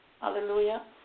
Hallelujah